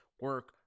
Work